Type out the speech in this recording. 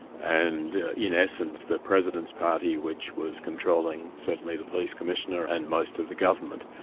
and in essence, the president's party which was controlling certainly the police commissioner and most of the government,